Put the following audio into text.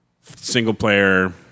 single-player